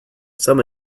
some